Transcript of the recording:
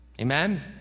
amen